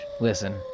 Listen